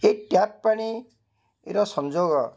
ଏଇ ଟ୍ୟାପ୍ ପାଣିର ସଂଯୋଗ